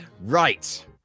Right